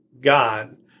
God